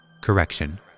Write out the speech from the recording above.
correction